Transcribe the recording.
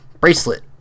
bracelet